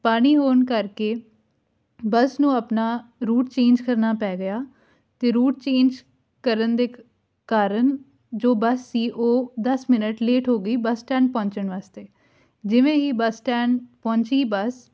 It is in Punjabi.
ਪਾਣੀ ਹੋਣ ਕਰਕੇ ਬੱਸ ਨੂੰ ਆਪਣਾ ਰੂਟ ਚੇਂਜ ਕਰਨਾ ਪੈ ਗਿਆ ਅਤੇ ਰੂਟ ਚੇਂਜ ਕਰਨ ਦੇ ਕਾਰਨ ਜੋ ਬੱਸ ਸੀ ਉਹ ਦਸ ਮਿੰਨਟ ਲੇਟ ਹੋ ਗਈ ਬੱਸ ਸਟੈਂਡ ਪਹੁੰਚਣ ਵਾਸਤੇ ਜਿਵੇਂ ਹੀ ਬੱਸ ਸਟੈਂਡ ਪਹੁੰਚੀ ਬੱਸ